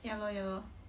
ya lor ya lor